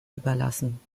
überlassen